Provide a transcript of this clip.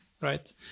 right